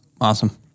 Awesome